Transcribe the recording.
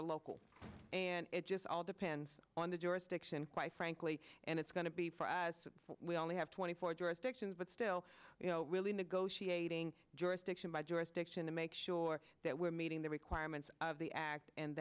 are local and it just all depends on the jurisdiction quite frankly and it's going to be for as we only have twenty four jurisdictions but still you know really negotiating jurisdiction by jurisdiction to make sure that we're meeting the requirements of the act and